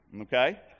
okay